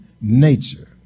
nature